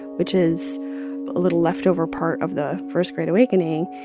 which is a little leftover part of the first great awakening,